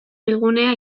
bilgunea